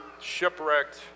shipwrecked